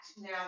Now